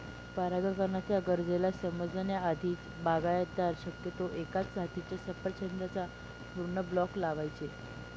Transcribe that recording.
परागकणाच्या गरजेला समजण्या आधीच, बागायतदार शक्यतो एकाच जातीच्या सफरचंदाचा पूर्ण ब्लॉक लावायचे